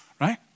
right